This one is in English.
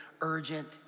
urgent